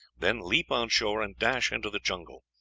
then leap on shore, and dash into the jungle.